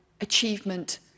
achievement